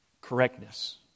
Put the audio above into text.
correctness